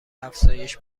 افزایش